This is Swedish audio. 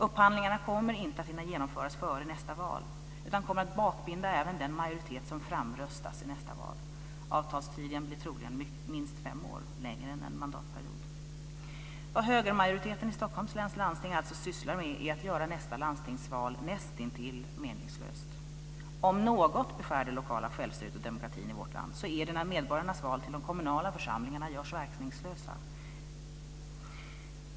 Upphandlingarna kommer inte att hinna genomföras före nästa val, utan de kommer att bakbinda även den majoritet som framröstas i nästa val. Avtalstiden blir troligen minst fem år - längre än en mandatperiod. Vad högermajoriteten i Stockholms läns landsting alltså sysslar med är att göra nästa landstingsval näst intill meningslöst. Om något beskär det lokala självstyret och demokratin i vårt land så är det när medborgarnas val till de kommunala församlingarna görs verkningslösa.